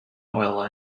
oil